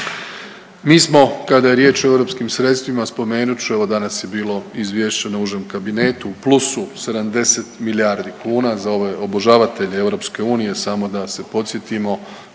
Mi smo kada je riječ o europskim sredstvima, spomenut ću, evo danas je bilo izvješće na užem kabinetu u plusu 70 milijardi kuna, za ove obožavatelje EU samo da se podsjetimo,